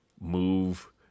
move